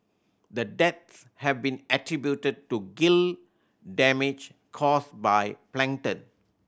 the deaths have been attributed to gill damage caused by plankton